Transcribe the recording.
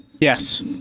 Yes